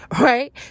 right